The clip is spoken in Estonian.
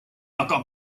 aga